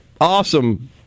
awesome